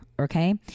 Okay